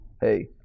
hey